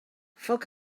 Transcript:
foc